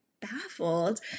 baffled